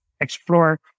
explore